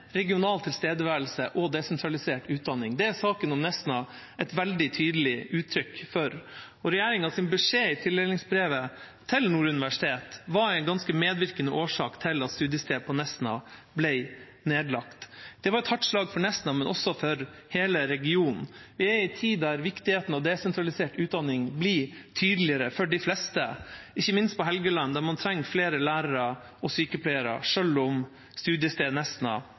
regional tilstedeværelse og desentralisert utdanning. Det er saken om Nesna et veldig tydelig uttrykk for. Regjeringas beskjed i tildelingsbrevet til Nord universitet var en ganske medvirkende årsak til at studiestedet på Nesna ble nedlagt. Det var et hardt slag for Nesna, men også for hele regionen. Vi er inne i en tid da viktigheten av desentralisert utdanning blir tydeligere for de fleste, ikke minst på Helgeland, der man trenger flere lærere og sykepleiere, selv om